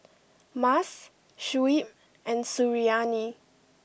Mas Shuib and Suriani